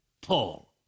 Paul